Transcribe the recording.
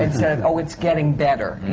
oh, it's getting better.